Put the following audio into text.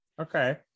okay